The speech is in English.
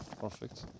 Perfect